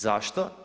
Zašto?